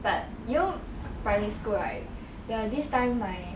but you know primary school right there was this time my